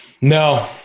No